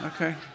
Okay